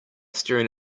staring